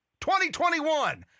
2021